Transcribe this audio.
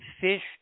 fish